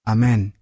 Amen